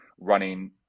running